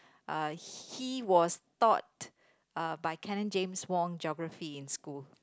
uh he was taught by canon James-Wong geography in school